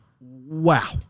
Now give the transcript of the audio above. wow